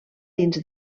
dins